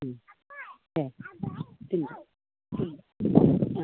दे